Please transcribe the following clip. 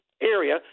area